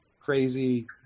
Crazy